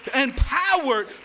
empowered